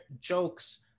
jokes